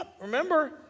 remember